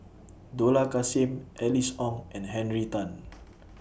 Dollah Kassim Alice Ong and Henry Tan